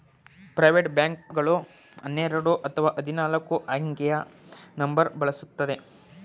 private bank ಗಳು ಹನ್ನೆರಡು ಅಥವಾ ಹದಿನಾಲ್ಕು ಅಂಕೆಯ ನಂಬರ್ ಬಳಸುತ್ತದೆ